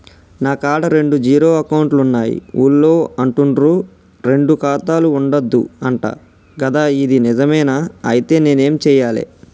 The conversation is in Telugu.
నా కాడా రెండు జీరో అకౌంట్లున్నాయి ఊళ్ళో అంటుర్రు రెండు ఖాతాలు ఉండద్దు అంట గదా ఇది నిజమేనా? ఐతే నేనేం చేయాలే?